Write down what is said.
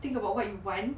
think about what you want